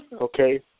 okay